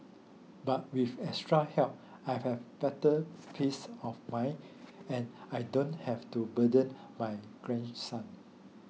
but with extra help I have better peace of mind and I don't have to burden my grandson